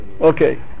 Okay